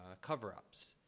cover-ups